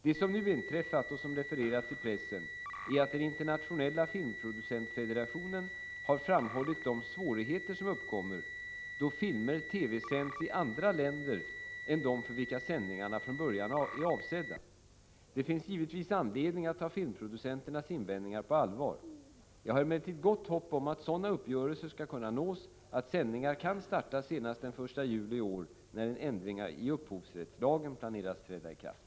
Det som nu inträffat — och som refererats i pressen — är att den internationella filmproducentfederationen har framhållit de svårigheter som uppkommer då filmer TV-sänds i andra länder än de för vilka sändningarna från början är avsedda. Det finns givetvis anledning att ta filmproducenternas invändningar på allvar. Jag har emellertid gott hopp om att sådana uppgörelser skall kunna nås att sändningar kan starta senast den 1 juli i år, när en ändring i upphovsrättslagen planeras träda i kraft.